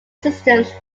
systems